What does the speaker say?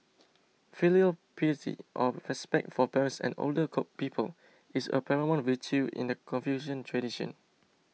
filial piety or respect for parents and older people is a paramount virtue in the Confucian tradition